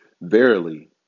verily